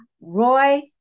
Roy